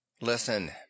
Listen